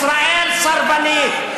ישראל סרבנית.